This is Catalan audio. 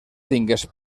tingués